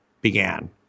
began